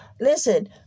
Listen